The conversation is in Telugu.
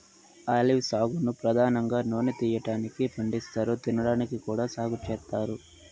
ఆలివ్ సాగును పధానంగా నూనె తీయటానికి పండిస్తారు, తినడానికి కూడా సాగు చేత్తారు